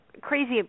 crazy